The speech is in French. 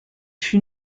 fut